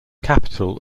capital